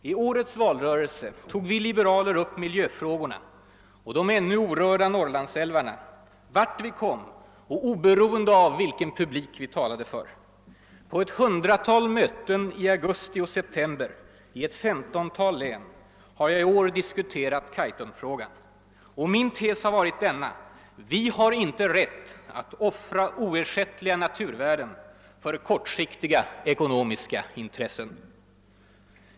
I årets valrörelse tog vi liberaler upp miljöfrågorna och de ännu orörda Norrlandsälvarna vart vi kom och oberoende av vilken publik vi talade för. På ett hundratal möten i augusti och september i ett femtontal län har jag i år diskuterat Kaitumfrågan. Min tes har varit denna: Vi har inte rätt att offra oersättliga naturvärden för kortsiktiga ekonomiska intressen.